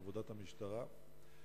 עבודת המשטרה.